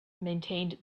maintained